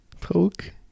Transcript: Poke